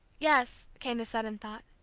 yes, came the sudden thought,